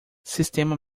sistema